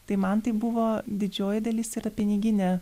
tai man tai buvo didžioji dalis yra piniginė